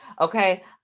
okay